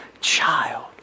child